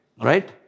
right